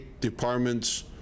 departments